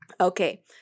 Okay